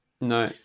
No